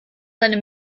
seine